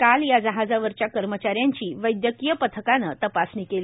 काल या जहाजावरच्या कर्मचाऱ्यांची वैद्यकीय पथकान तपासणी केली